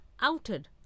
outed